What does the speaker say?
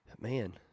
Man